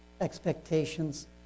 expectations